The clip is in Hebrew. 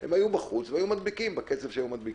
הם היו בחוץ והם היו מדביקים בקצב שהם היו מדביקים.